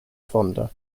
fonder